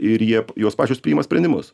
ir jie jos pačios priima sprendimus